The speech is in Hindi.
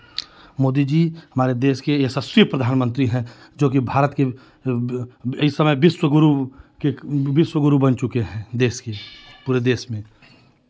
मोदी जी हमारे देश के यशस्वी प्रधानमंत्री हैं जो कि भारत के इस समय विश्व गुरु के विश्व गुरु बन चुके हैं देश के पूरे देश में